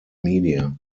media